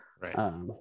Right